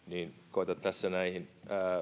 koetan tässä näihin